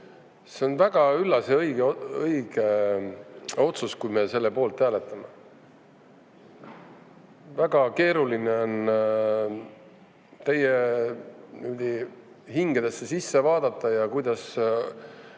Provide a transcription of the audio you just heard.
See on väga üllas ja õige otsus, kui me selle poolt hääletame. Väga keeruline on teie hingedesse sisse vaadata ja teada,